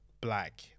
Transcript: black